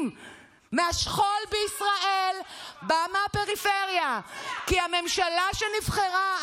את כל הזמן מפזרת שנאה.